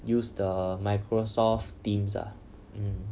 use the microsoft teams ah mm